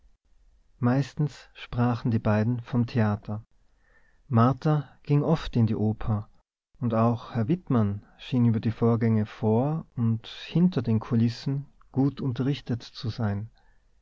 meistens sprachen die beiden vom theater martha ging oft in die oper und auch herr wittmann schien über die vorgänge vor und hinter den kulissen gut unterrichtet zu sein